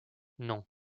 non